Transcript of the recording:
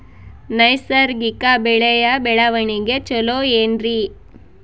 ನೈಸರ್ಗಿಕ ಬೆಳೆಯ ಬೆಳವಣಿಗೆ ಚೊಲೊ ಏನ್ರಿ?